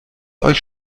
euch